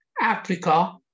Africa